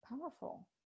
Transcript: powerful